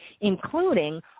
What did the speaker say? including